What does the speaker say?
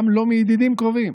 גם לא מידידים קרובים,